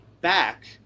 back